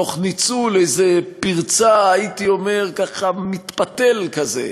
תוך ניצול איזה פרצה, הייתי אומר ככה, מתפתל כזה,